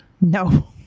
no